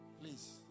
Please